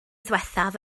ddiwethaf